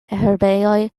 herbejoj